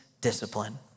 discipline